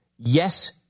Yes